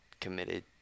committed